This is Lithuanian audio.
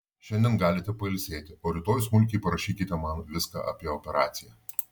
šiandien galite pailsėti o rytoj smulkiai parašykite man viską apie operaciją